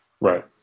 Right